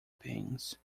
pins